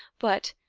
but,